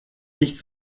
nicht